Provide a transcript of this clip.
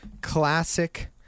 classic